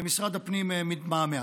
ומשרד הפנים מתמהמה.